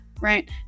right